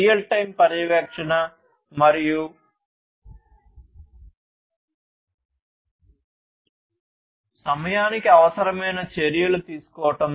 real time పర్యవేక్షణ మరియు సమయానికి అవసరమైన చర్యలు తీసుకోవడం